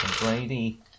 Brady